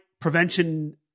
prevention